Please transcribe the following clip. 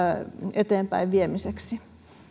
eteenpäin viemiseksi